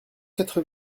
quatre